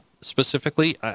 specifically